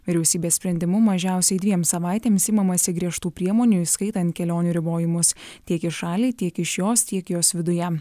vyriausybės sprendimu mažiausiai dviem savaitėms imamasi griežtų priemonių įskaitant kelionių ribojimus tiek į šalį tiek iš jos tiek jos viduje